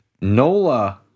Nola